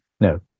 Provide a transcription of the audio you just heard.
no